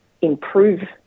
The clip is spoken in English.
improve